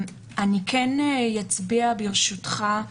אני כן אצביע, ברשותך,